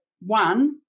one